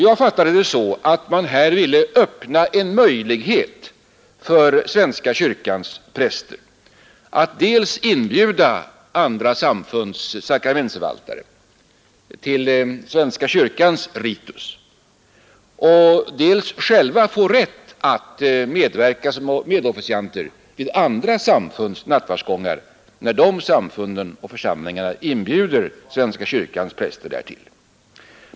Jag fattade detta så att man ville öppna en möjlighet för svenska kyrkans präster att dels inbjuda andra samfunds sakramentsförvaltare till svenska kyrkans ritus, dels själva få rätt att medverka som medofficianter vid andra samfunds nattvardsgångar när dessa samfunds församlingar inbjuder svenska kyrkans präster därtill.